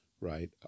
right